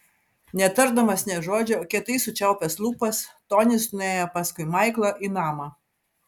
netardamas nė žodžio kietai sučiaupęs lūpas tonis nuėjo paskui maiklą į namą